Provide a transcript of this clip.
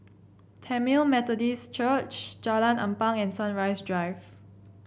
Tamil Methodist Church Jalan Ampang and Sunrise Drive